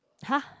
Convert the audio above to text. !huh!